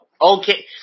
Okay